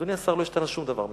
אדוני השר, לא השתנה שום דבר מאז.